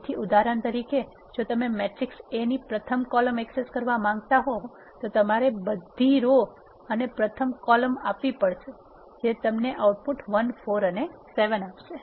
તેથી ઉદાહરણ તરીકે જો તમે મેટ્રિક્સ A ની પ્રથમ કોલમ એક્સેસ કરવા માંગતા હો તો તમારે બધી રો અને પ્રથમ કોલમ આપવી પડશે જે તમને આઉટપુટ 1 4 7 આપશે